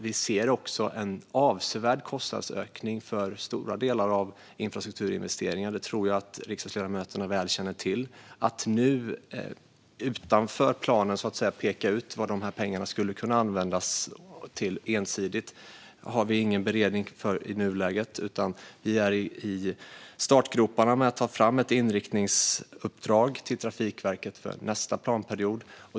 Vi ser också en avsevärd kostnadsökning för stora delar av infrastrukturinvesteringar. Jag tror att riksdagsledamöterna känner till det väl. Vi har i nuläget ingen beredning för att utanför planen och ensidigt peka ut vad pengarna skulle kunna användas till. Vi är i startgroparna för att ta fram ett inriktningsuppdrag till Trafikverket inför nästa planperiod.